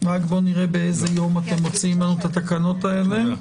בואו נראה באיזה יום את מוציאים את התקנות האלה.